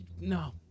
No